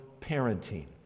parenting